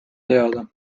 teada